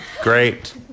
Great